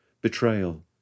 betrayal